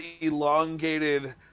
elongated